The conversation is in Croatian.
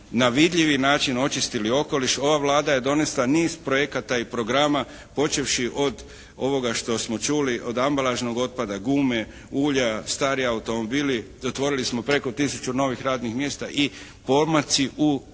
na vidljivi način očistili okoliš. Ova Vlada je donesla niz projekata i programa počevši od ovoga što smo čuli, od ambalažnog otpada, gume, ulja, stari automobili, zatvorili smo preko tisuću novih radnih mjesta i pomaci u kvaliteti